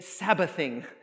Sabbathing